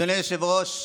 אדוני היושב-ראש,